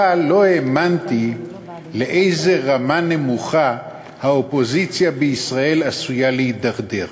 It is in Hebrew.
אבל לא האמנתי לאיזו רמה נמוכה האופוזיציה בישראל עשויה להידרדר.